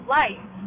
life